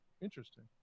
Interesting